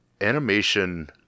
animation